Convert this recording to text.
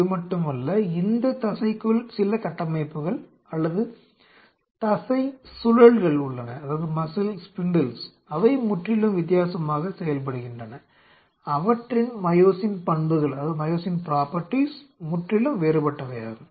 இது மட்டுமல்ல இந்த தசைக்குள் சில கட்டமைப்புகள் அல்லது தசை சுழல்கள் உள்ளன அவை முற்றிலும் வித்தியாசமாக செயல்படுகின்றன அவற்றின் மையோசின் பண்புகள் முற்றிலும் வேறுபட்டவையாகும்